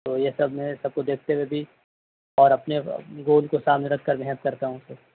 تو یہ سب میں سب کو دیکھتے ہوئے بھی اور اپنے رول کو سامنے رکھ کر محنت کرتا ہوں سر